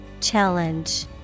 Challenge